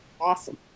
Awesome